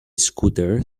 scooter